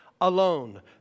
alone